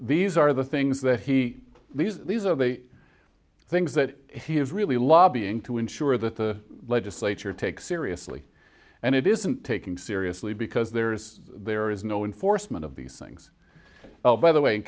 these are the things that he these these are they things that he is really lobbying to ensure that the legislature takes seriously and it isn't taking seriously because there is there is no enforcement of these things by the way in